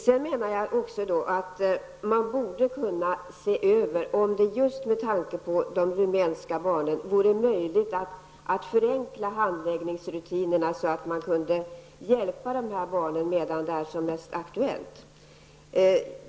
Jag menar också att man borde kunna undersöka om det just med tanke på de rumänska barnen vore möjligt att förenkla handläggningsrutinerna för att kunna hjälpa de här barnen medan det är som mest aktuellt.